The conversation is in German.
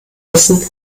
essen